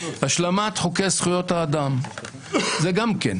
השלמת חוקי זכויות האדם, גם זה.